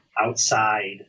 Outside